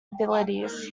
abilities